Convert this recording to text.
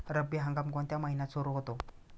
रब्बी हंगाम कोणत्या महिन्यात सुरु होतो?